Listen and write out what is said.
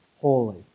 holy